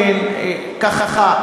ככה,